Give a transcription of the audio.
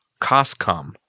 Coscom